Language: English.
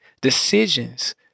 decisions